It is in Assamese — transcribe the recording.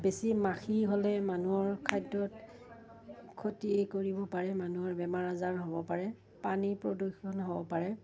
বেছি মাখি হ'লে মানুহৰ খাদ্যত ক্ষতি কৰিব পাৰে মানুহৰ বেমাৰ আজাৰ হ'ব পাৰে পানীৰ প্ৰদূষণ হ'ব পাৰে